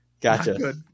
Gotcha